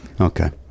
Okay